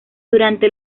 durante